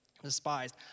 Despised